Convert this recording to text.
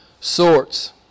sorts